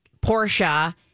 Portia